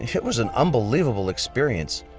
it was an unbelievable experience.